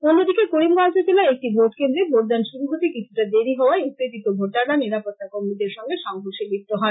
অন্যদিকে করিমগঞ্জ জেলায় একটি ভোটকেন্দ্রে ভোটদান শুরু হতে কিছুটা দেরী হওয়ায় উত্তেজিত ভোটাররা নিরাপত্তা কর্মীদের সঙ্গে সংঘর্ষে লিপ্ত হন